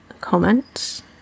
comments